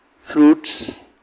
fruits